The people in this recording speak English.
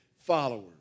followers